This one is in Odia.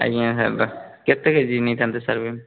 ଆଜ୍ଞା ହେବ କେତେ କେ ଜି ନେଇଥାନ୍ତେ ସାର୍ ବିନ୍